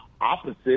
opposite